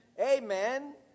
Amen